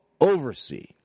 oversee